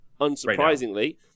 unsurprisingly